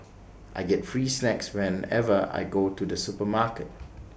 I get free snacks whenever I go to the supermarket